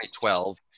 2012